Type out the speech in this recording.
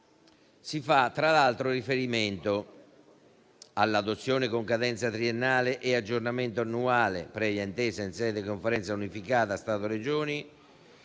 si fa tra l'altro riferimento all'adozione, con cadenza triennale e aggiornamento annuale, previa intesa in sede di Conferenza unificata Stato-Regioni,